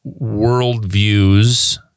worldviews